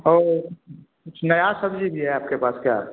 और कुछ नया सब्जी भी है आपके पास क्या